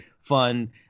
fun